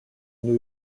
new